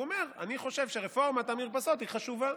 הוא אומר: אני חושב שרפורמת המרפסות היא חשובה.